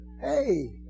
hey